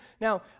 Now